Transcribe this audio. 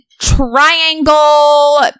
triangle